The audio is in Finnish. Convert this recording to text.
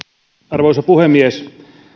arvoisa puhemies